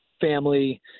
family